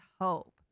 hope